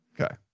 Okay